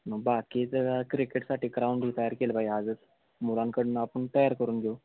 मग बाकीचं क्रिकेटसाठी ग्राउंड ही तयार केलं पाहिजे आजच मुलांकडून आपण तयार करून घेऊ